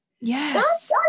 Yes